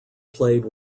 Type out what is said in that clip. played